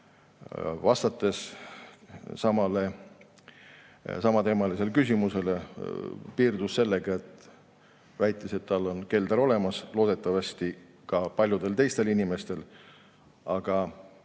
vastates samateemalisele küsimusele, piirdus sellega, et väitis, et tal on kelder olemas, loodetavasti on see ka paljudel teistel inimestel. Aga